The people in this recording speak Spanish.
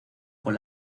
con